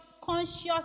conscious